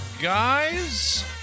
Guys